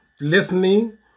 listening